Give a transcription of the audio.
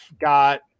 got